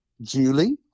Julie